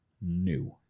new